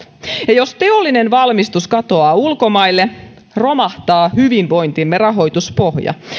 ja jos teollinen valmistus katoaa ulkomaille romahtaa hyvinvointimme rahoituspohja